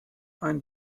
ein